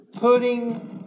putting